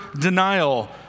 denial